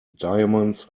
diamonds